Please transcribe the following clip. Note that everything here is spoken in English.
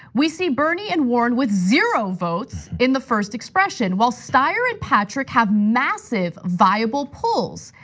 we see bernie and warren with zero votes in the first expression while steyer and patrick have massive, viable pulls.